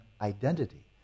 identity